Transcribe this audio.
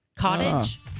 cottage